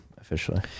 officially